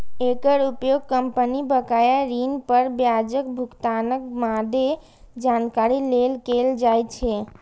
एकर उपयोग कंपनी बकाया ऋण पर ब्याजक भुगतानक मादे जानकारी लेल कैल जाइ छै